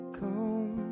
come